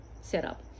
setup